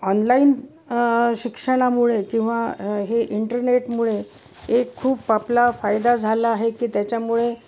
online शिक्षणामुळे किंवा हे इंटरनेटमुळे एक खूप आपला फायदा झाला आहे की त्याच्यामुळे